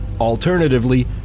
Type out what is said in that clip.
Alternatively